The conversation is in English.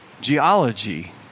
geology